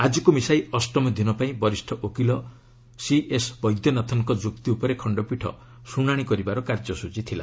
ଆଜିକୁ ମିଶାଇ ଅଷ୍ଟମ ଦିନ ପାଇଁ ବରିଷ ଓକିଲ ସିଏସ୍ ବୈଦ୍ୟନାଥନ୍ଙ୍କ ଯୁକ୍ତି ଉପରେ ଖଣ୍ଡପୀଠ ଶୁଣାଣି କରିବାର କାର୍ଯ୍ୟସ୍ଟଚୀ ଥିଲା